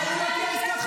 הכול לא בסדר.